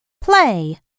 play